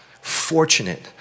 fortunate